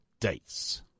dates